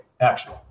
action